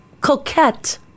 coquette